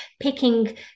picking